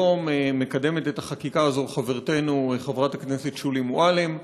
היום מקדמת את החקיקה הזו חברתנו חברת הכנסת שולי מועלם.